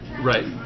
Right